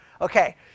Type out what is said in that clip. Okay